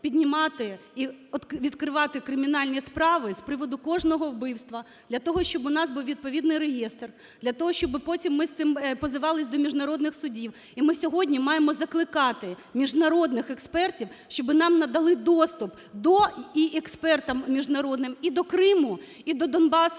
піднімати і відкривати кримінальні справи з приводу кожного вбивства для того, щоб у нас був відповідний реєстр, для того, щоб потім ми з цим позивались до міжнародних судів. І ми сьогодні маємо закликати міжнародних експертів, щоб нам надали доступ і експертам міжнародним і до Криму, і до Донбасу,